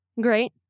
Great